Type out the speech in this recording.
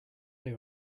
they